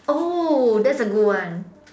oh that's a good one